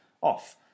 off